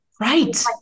Right